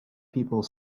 people